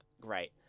great